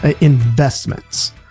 investments